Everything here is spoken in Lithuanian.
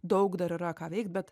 daug dar yra ką veikt bet